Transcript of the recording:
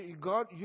God